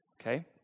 okay